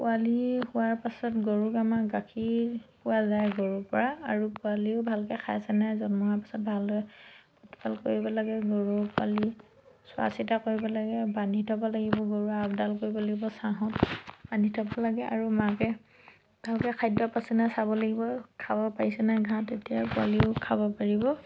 পোৱালি হোৱাৰ পাছত গৰুক আমাক গাখীৰ পোৱা যায় গৰুৰপৰা আৰু পোৱালিও ভালকৈ খাইছেনে নাই জন্ম হোৱাৰ পাছত ভালদৰে প্ৰতিপাল কৰিব লাগে গৰু পোৱালি চোৱা চিতা কৰিব লাগে বান্ধি থ'ব লাগিব গৰু আপডাল কৰিব লাগিব ছাঁহত বান্ধি থ'ব লাগে আৰু মাকে ভালকৈ খাদ্য পাইছেনে চাব লাগিব খাব পাৰিছেনে ঘাঁহ তেতিয়া পোৱালিও খাব পাৰিব